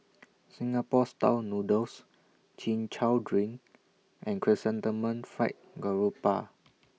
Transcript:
Singapore Style Noodles Chin Chow Drink and Chrysanthemum Fried Garoupa